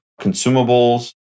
consumables